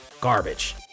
garbage